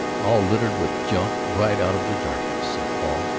all littered with junk, right out of the darkness, said paul.